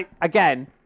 again